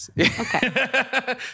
Okay